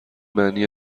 معنی